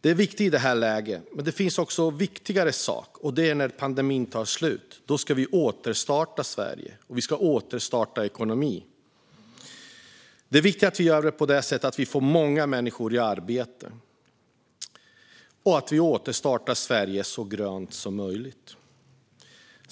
Det är viktigt i det här läget, men det finns också en viktigare sak: När pandemin tar slut ska vi återstarta Sverige och ekonomin. Det är viktigt att vi gör detta på ett sådant sätt att vi får många människor i arbete och att vi återstartar Sverige så grönt så möjligt.